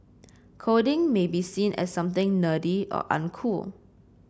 coding may be seen as something nerdy or uncool